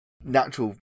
natural